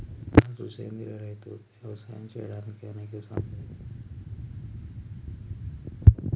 రాజు సెంద్రియ రైతులు యవసాయం సేయడానికి అనేక సాంప్రదాయ యవసాయ ఉపకరణాలను ఉపయోగిస్తారు